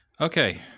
Okay